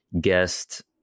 guest